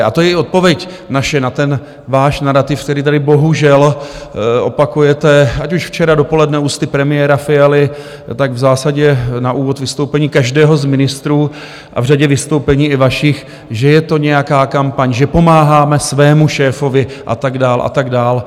A to je i naše odpověď na ten váš narativ, který tady bohužel opakujete, ať už včera dopoledne ústy premiéra Fialy, tak v zásadě na úvod vystoupení každého z ministrů a v řadě vystoupení i vašich, že je to nějaká kampaň, že pomáháme svému šéfovi, a tak dál, a tak dál.